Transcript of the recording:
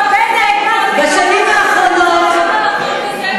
בשנים האחרונות,